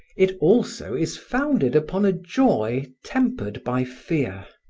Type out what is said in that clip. it also is founded upon a joy tempered by fear,